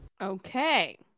Okay